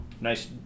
nice